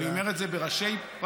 אני אומר את זה בראשי פרקים.